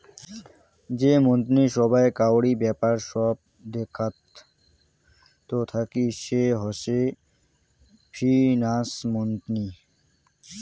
যে মন্ত্রী সভায় কাউরি ব্যাপার সব দেখাত থাকি সে হসে ফিন্যান্স মন্ত্রী